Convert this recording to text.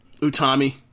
Utami